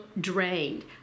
drained